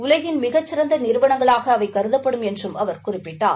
உலகின் மிகச்சிறந்த நிறுவனங்களாக கருதப்படும் என்றும் அவர் குறிப்பிட்டார்